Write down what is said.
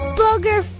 booger